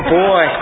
boy